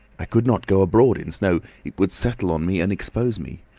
i could not go abroad in snow it would settle on me and expose me.